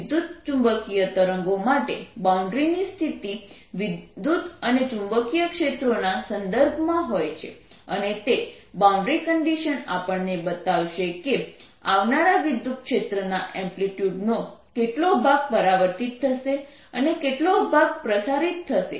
વિદ્યુતચુંબકીય તરંગો માટે બાઉન્ડ્રીની સ્થિતિ વિદ્યુત અને ચુંબકીય ક્ષેત્રોના સંદર્ભમાં હોય છે અને તે બાઉન્ડ્રી કંડિશન્સ આપણને બતાવશે કે આવનારા વિદ્યુતક્ષેત્રના એમ્પ્લિટ્યૂડનો કેટલો ભાગ પરાવર્તિત થશે અને કેટલો ભાગ પ્રસારિત થશે